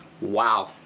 Wow